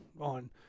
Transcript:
on